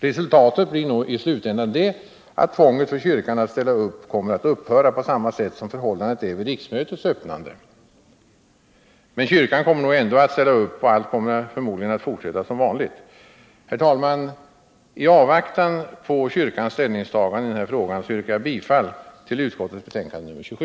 Resultatet i slutändan blir nog att tvånget för kyrkan att ställa upp kommer att upphöra, på samma sätt som förhållandet är vid riksmötets öppnande. Men kyrkan kommer nog ändå att ställa upp, och allt kommer förmodligen att fortsätta som vanligt. Herr talman! I avvaktan på kyrkans ställningstagande i denna fråga yrkar jag bifall till justitieutskottets hemställan i betänkande nr 27.